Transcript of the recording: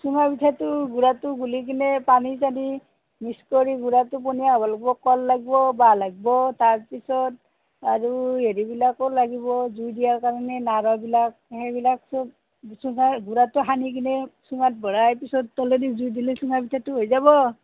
চুঙা পিঠাটো গুড়াটো গুলি কিনে পানী চানি মিক্স কৰি গুড়াটো পনীয়া হ'ব লাগিব কল লাগিব বাঁহ লাগব তাৰপিছত আৰু হেৰিবিলাকো লাগিব জুই দিয়াৰ কাৰণে নাৰবিলাক সেইবিলাক সব চুঙাৰ গুড়াটো সানি কিনে চুঙাত ভৰাই পিছত তলেদি জুই দিলে চুঙা পিঠাটো হৈ যাব